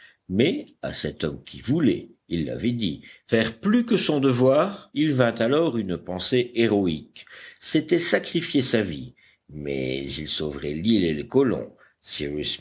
mais à cet homme qui voulait il l'avait dit faire plus que son devoir il vint alors une pensée héroïque c'était sacrifier sa vie mais il sauverait l'île et les colons